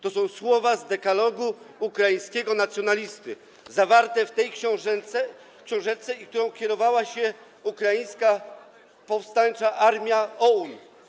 To są słowa z dekalogu ukraińskiego nacjonalisty zawarte w tej książeczce, którą kierowała się Ukraińska Powstańcza Armia OUN.